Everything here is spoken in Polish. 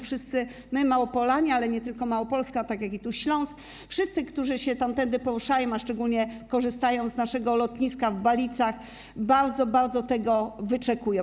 Wszyscy - my, Małopolanie, ale nie tylko Małopolska, także Śląsk, wszyscy, którzy się tamtędy poruszają, a szczególnie korzystają z naszego lotniska w Balicach - bardzo tego wyczekują.